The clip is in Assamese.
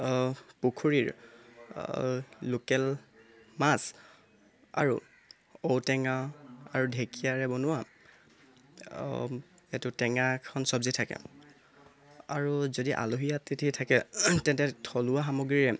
পুখুৰীৰ লোকেল মাছ আৰু ঔটেঙা আৰু ঢেকীয়াৰে বনোৱা এইটো টেঙা এখন চবজি থাকে আৰু যদি আলহী অতিথি থাকে তেন্তে থলুৱা সামগ্ৰীৰে